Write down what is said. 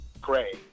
Gray